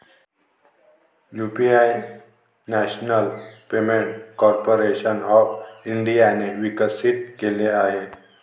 UPI national payment corporation of इंडियाने विकसित केले आहे